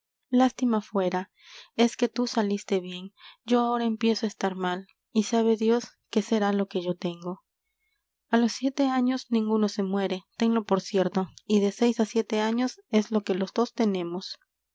lástima fuera es que tú saliste bien yo ahora empiezo á estar mal y sabe dios qué será lo que yo tengo a los siete años ninguno se muere tenlo por cierto y de seis á siete años es lo que los dos tenemos